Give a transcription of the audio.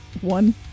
one